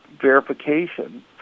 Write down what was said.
verification